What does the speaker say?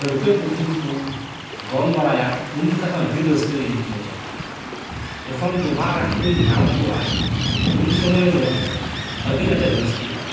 ᱰᱟᱹᱬᱠᱟᱹ ᱯᱩᱴᱤ ᱠᱚᱠᱚ ᱫᱚᱱ ᱵᱟᱲᱟᱭᱟ ᱩᱱᱡᱚᱠᱷᱟᱱ ᱦᱚᱸ ᱟᱹᱰᱤ ᱨᱟᱹᱥᱠᱟᱹᱭ ᱟᱹᱭᱠᱟᱹᱣᱟ ᱡᱚᱠᱷᱚᱱ ᱰᱚᱵᱷᱟᱜ ᱨᱮ ᱦᱟᱹᱠᱩᱭ ᱧᱟᱢ ᱠᱚᱣᱟᱭ ᱩᱱᱥᱩᱢᱟᱹᱭ ᱫᱚ ᱟᱹᱰᱤ ᱟᱸᱴᱮ ᱨᱟᱹᱥᱠᱟᱹᱜᱼᱟ